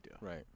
Right